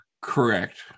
Correct